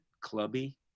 clubby